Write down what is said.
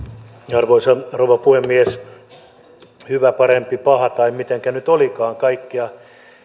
arvoisa rouva puhemies hyvä parempi paha tai mitenkä nyt olikaan kaikkia